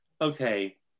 okay